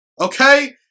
Okay